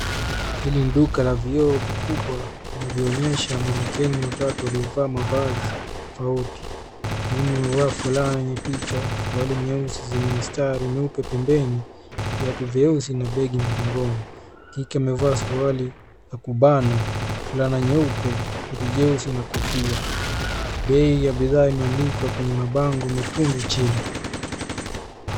Hili ni duka la vioo vikubwa vinavyoonyesha manikeni watatu waliovaa mavazi tofauti. Wa kiume wamevaa fulana yenye picha, suruali nyeusi yenye mistari mweupe pembeni, vitu vyeusi na begi mgongoni. Wa kike amevaa suruali ya kubana, fulana nyeupe koti jeusi na kofia. Bei ya bidhaa imeandikwa kwenye mango meusi chini.